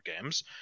games